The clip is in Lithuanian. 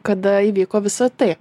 kada įvyko visa tai